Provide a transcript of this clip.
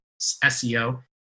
SEO